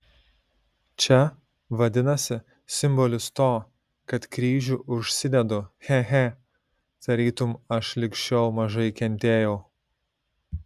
čia vadinasi simbolis to kad kryžių užsidedu che che tarytum aš lig šiol mažai kentėjau